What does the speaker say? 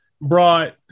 brought